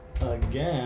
again